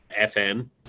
FN